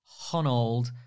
Honold